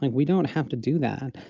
like we don't have to do that.